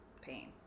pain